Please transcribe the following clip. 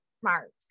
smart